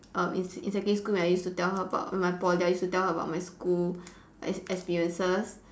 err in s~ in secondary school when I used to tell her about my Poly I used to tell her about my school ex~ experiences